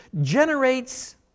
generates